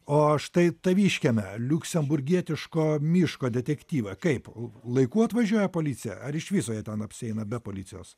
o štai taviškiame liuksemburgietiško miško detektyve kaip laiku atvažiuoja policija ar iš viso jie ten apsieina be policijos